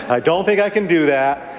i don't think i can do that.